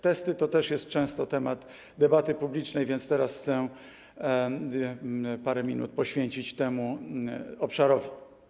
Testy to też jest często temat debaty publicznej, więc teraz chcę parę minut poświęcić temu obszarowi.